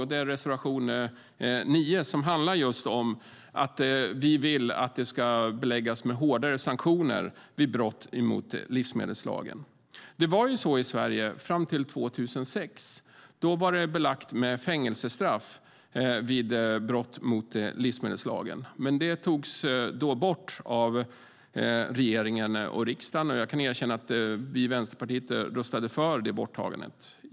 Det är reservation 9, som handlar om att vi vill att brott mot livsmedelslagen ska beläggas med hårdare sanktioner. Det var så i Sverige fram till 2006. Då var brott mot livsmedelslagen belagt med fängelsestraff. Men det togs bort av regeringen och riksdagen. Jag kan erkänna att vi i Vänsterpartiet röstade för det borttagandet.